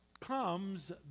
comes